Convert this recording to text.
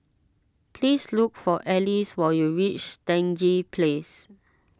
please look for Ellis when you reach Stangee Place